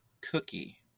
cookie